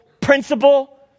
principle